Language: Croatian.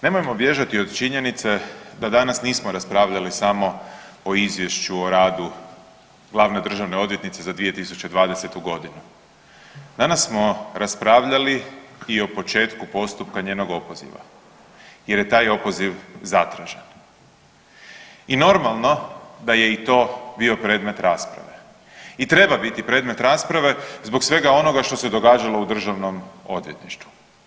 Nemojmo bježati od činjenice da danas nismo raspravljali samo o izvješću o radu glavne državne odvjetnice za 2020.g. Danas smo raspravljali i o početku postupka njenog opoziva jer je taj opoziv zatražen i normalno da je i to bio predmet rasprave i treba biti predmet rasprave zbog svega onoga što se događalo u državnom odvjetništvu.